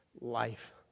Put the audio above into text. life